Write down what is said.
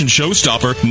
showstopper